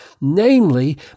namely